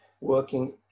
working